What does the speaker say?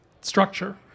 structure